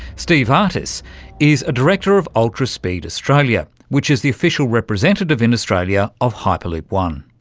steve artis is a director of ultraspeed australia which is the official representative in australia of hyperloop one.